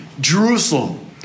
Jerusalem